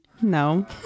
no